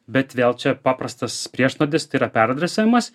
bet vėl čia paprastas priešnuodis tai yra peradresavimas